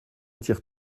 tires